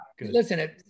Listen